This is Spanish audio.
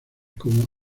como